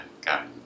got